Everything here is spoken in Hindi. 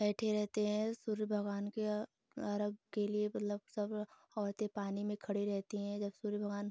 बैठे रहते हैं सूर्य भगवान के अर्घ्य के लिए मतलब सब औरतें पानी में खड़ी रहती हैं जब सूर्य भगवान